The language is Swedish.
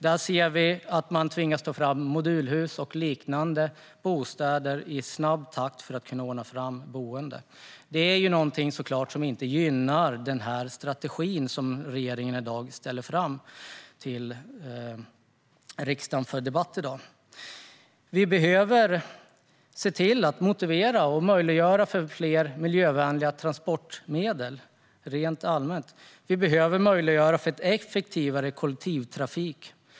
De tvingas ta fram modulhus och liknande bostäder i snabb takt för att kunna ordna fram boenden. Det gynnar såklart inte den strategi som regeringen har lagt fram och som riksdagen debatterar i dag. Vi behöver motivera och möjliggöra för fler miljövänliga transportmedel. Och vi behöver möjliggöra för effektivare kollektivtrafik.